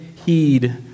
heed